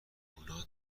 اونا